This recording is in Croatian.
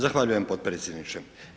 Zahvaljujem potpredsjedniče.